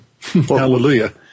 Hallelujah